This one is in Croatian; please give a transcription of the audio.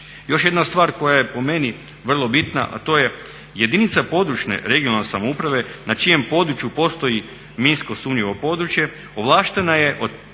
Još jedna stvar koja je po meni vrlo bitna a to je jedinica područne regionalne samouprave na čijem području postoji minsko sumnjivo područje ovlaštena je od